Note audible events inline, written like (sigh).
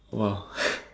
!wow! (breath)